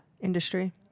industry